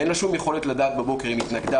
ואין לה שום יכולת לדעת בבוקר אם היא התנגדה,